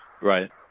Right